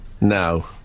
No